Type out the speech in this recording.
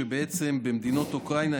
שבעצם במדינות אוקראינה,